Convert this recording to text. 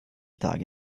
tage